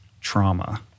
trauma